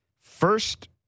First